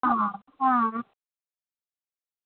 हां हां